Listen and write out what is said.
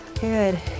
Good